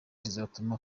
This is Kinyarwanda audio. rizatuma